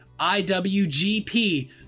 IWGP